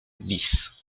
bis